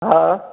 हा